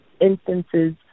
instances